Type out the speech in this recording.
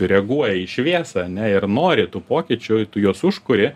reaguoja į šviesą ane ir nori tų pokyčių i tu juos užkuri